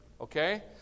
Okay